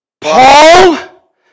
Paul